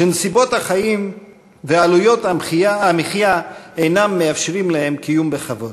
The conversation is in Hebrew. שנסיבות החיים ועלויות המחיה אינן מאפשרות להם קיום בכבוד.